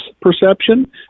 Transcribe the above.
perception